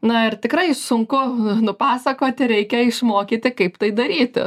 na ir tikrai sunku nupasakoti reikia išmokyti kaip tai daryti